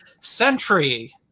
Century